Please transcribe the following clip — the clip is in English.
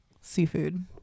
Seafood